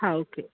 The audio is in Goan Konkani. हा ओके